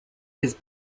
his